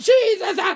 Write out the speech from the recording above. Jesus